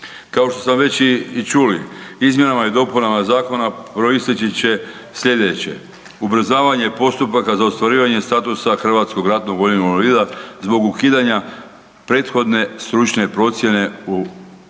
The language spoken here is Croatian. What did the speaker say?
Kao što samo već i čuli izmjenama i dopunama zakona proisteći će sljedeće, ubrzavanje postupaka za ostvarivanje statusa HRVI-a zbog ukidanja prethodne stručne procjene u